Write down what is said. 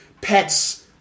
pets